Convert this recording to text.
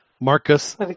Marcus